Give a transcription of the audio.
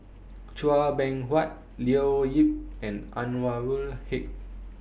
Chua Beng Huat Leo Yip and Anwarul Haque